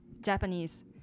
Japanese